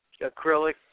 acrylic